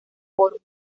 por